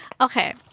Okay